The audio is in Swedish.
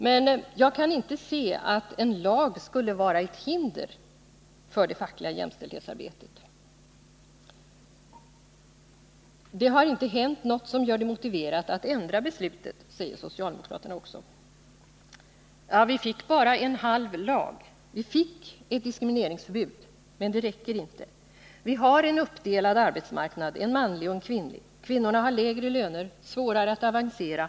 Men jag kan inte se att en lag skulle vara ett hinder för det fackliga jämställdhetsarbetet. Det har inte hänt något som gör det motiverat att ändra beslutet, säger socialdemokraterna. Ja, vi fick bara en halv lag. Vi fick ett diskrimineringsförbud, men det räcker inte. Vi har en uppdelad arbetsmarknad, en manlig och en kvinnlig. Kvinnorna har lägre löner och svårare att avancera.